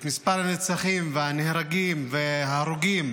את מספר הנרצחים והנהרגים וההרוגים